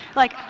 like,